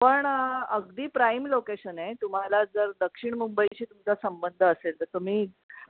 पण अगदी prime location आहे तुम्हाला जर दक्षिण मुंबईशी तुमचा संबंध असेल तर तुम्ही